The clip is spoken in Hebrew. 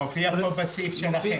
הוא מופיע בסעיף שלכם.